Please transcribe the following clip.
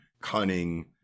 cunning